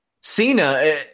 Cena